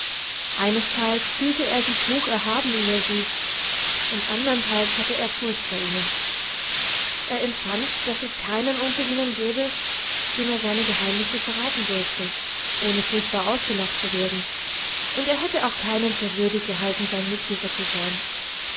einesteils fühlte er sich hoch erhaben über sie und andernteils hatte er furcht vor ihnen er empfand daß es keinen unter ihnen gäbe dem er seine geheimnisse verraten dürfte ohne furchtbar ausgelacht zu werden und er hätte auch keinen für würdig gehalten sein mitwisser zu sein